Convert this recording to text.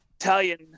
Italian